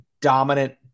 dominant